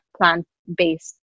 plant-based